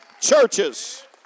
churches